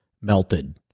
melted